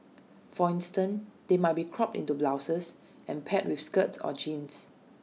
for instance they might be cropped into blouses and paired with skirts or jeans